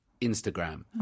Instagram